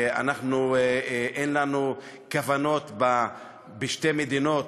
ואנחנו, אין לנו כוונות בשתי מדינות,